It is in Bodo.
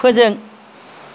फोजों